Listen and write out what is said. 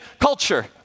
culture